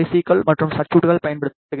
க்கள் மற்றும் சர்குட்கள் பயன்படுத்தப்பட்டன